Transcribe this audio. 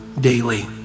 daily